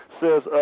says